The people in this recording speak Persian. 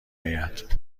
آید